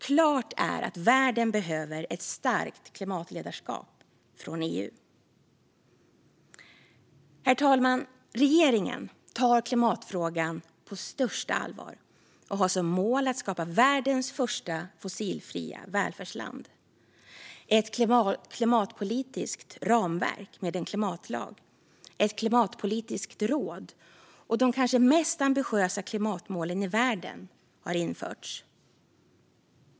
Klart är att världen behöver ett starkt klimatledarskap från EU. Herr talman! Regeringen tar klimatfrågan på största allvar och har som mål att skapa världens första fossilfria välfärdsland. Ett klimatpolitiskt ramverk med en klimatlag, ett klimatpolitiskt råd och de kanske mest ambitiösa klimatmålen i världen har införts.